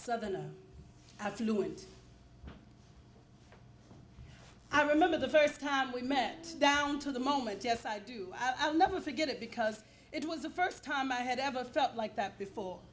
southerner affluent i remember the first time we met down to the moment yes i do i'll never forget it because it was the first time i had ever felt like that before